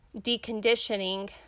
deconditioning